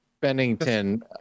Bennington